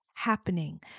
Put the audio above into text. happening